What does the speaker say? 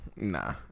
nah